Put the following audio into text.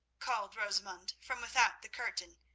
called rosamund from without the curtain,